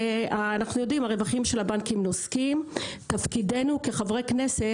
אנחנו יודעים שהרווחים של הבנקים נוסקים ותפקידנו כחברי כנסת